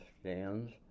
stands